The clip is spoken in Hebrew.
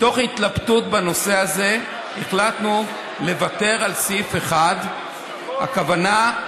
מתוך התלבטות בנושא הזה החלטנו לוותר על סעיף 1. הכוונה,